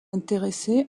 intéressé